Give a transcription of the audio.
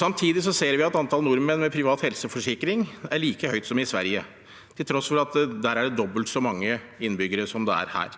Samtidig ser vi at antall nordmenn med privat helseforsikring er like høyt som i Sverige, til tross for at det der er dobbelt så mange innbyggere som her.